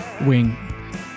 Wing